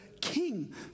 king